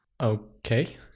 Okay